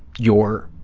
your